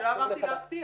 אני לא אמרתי להבטיח.